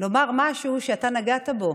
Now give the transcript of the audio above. לומר משהו שאתה נגעת בו.